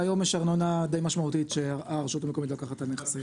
והיום יש ארנונה די משמעותית שהרשות המקומית לוקחת על נכסים.